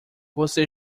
você